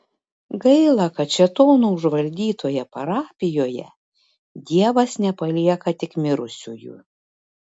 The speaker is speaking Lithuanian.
gaila kad šėtono užvaldytoje parapijoje dievas nepalieka tik mirusiųjų